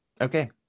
Okay